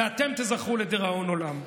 ואתם תיזכרו לדיראון עולם.